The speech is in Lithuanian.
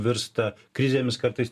virsta krizėmis kartais